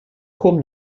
cwm